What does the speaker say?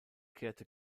kehrte